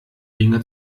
dinge